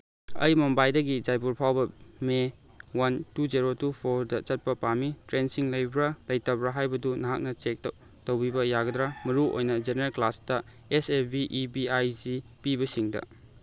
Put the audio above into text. ꯑꯩ ꯃꯨꯝꯕꯥꯏꯗꯒꯤ ꯖꯥꯏꯄꯨꯔ ꯐꯥꯎꯕ May one two zero two ꯐꯣꯔꯗ ꯆꯠꯄ ꯄꯥꯝꯃꯤ ꯇ꯭ꯔꯦꯟꯁꯤꯡ ꯂꯩꯕ꯭ꯔꯥ ꯂꯩꯇꯕ꯭ꯔꯥ ꯍꯥꯏꯕꯗꯨ ꯅꯍꯥꯛꯅ ꯆꯦꯛ ꯇꯧꯕꯤꯕ ꯌꯥꯒꯗ꯭ꯔꯥ ꯃꯔꯨꯑꯣꯏꯅ ꯖꯦꯅꯦꯔꯦꯜ ꯀ꯭ꯂꯥꯁꯇ S A V E B I G ꯄꯤꯕꯁꯤꯡꯗ